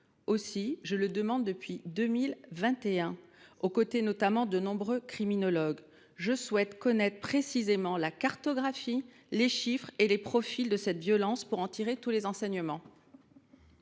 Aussi, comme je le demande depuis 2021, aux côtés notamment de plusieurs criminologues, je souhaite connaître précisément la cartographie, les chiffres et les profils de cette violence, pour en tirer les enseignements.